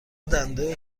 دنده